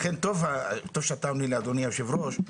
לכן טוב שאתה עונה לי אדוני יושב הראש.